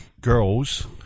girls